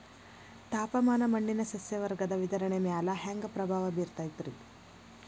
ತಾಪಮಾನ ಮಣ್ಣಿನ ಸಸ್ಯವರ್ಗದ ವಿತರಣೆಯ ಮ್ಯಾಲ ಹ್ಯಾಂಗ ಪ್ರಭಾವ ಬೇರ್ತದ್ರಿ?